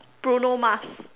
Bruno-Mars